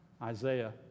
Isaiah